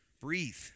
breathe